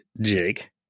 Jake